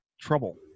trouble